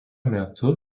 metu